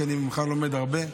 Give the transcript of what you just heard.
כי אני ממך לומד הרבה.